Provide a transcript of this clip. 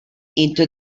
into